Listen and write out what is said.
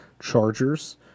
Chargers